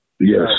yes